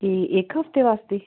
ਕੀ ਇੱਕ ਹਫ਼ਤੇ ਵਾਸਤੇ